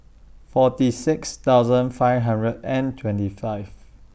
forty six thousand five hundred and twenty five